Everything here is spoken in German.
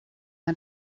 man